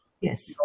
yes